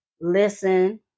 listen